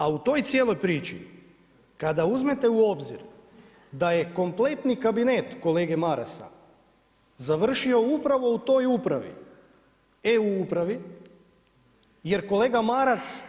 A u toj cijeloj priči kada uzmete u obzir da je kompletni kabinet kolege Marasa završio upravo u toj upravi e-upravi jer kolega Maras,